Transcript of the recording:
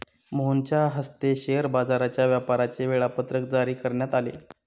मोहनच्या हस्ते शेअर बाजाराच्या व्यापाराचे वेळापत्रक जारी करण्यात आले